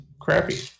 crappy